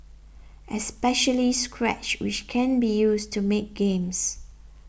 especially scratch which can be used to make games